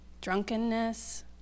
drunkenness